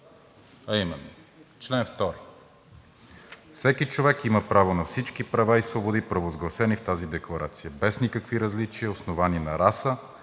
а именно: „Чл. 2. Всеки човек има право на всички права и свободи, провъзгласени в тази декларация, без никакви различия, основани на раса,